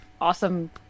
awesome